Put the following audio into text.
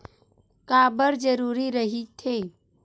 का बार जरूरी रहि थे?